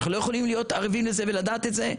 אנחנו לא יכולים היות ערבים לזה ולדעת את זה,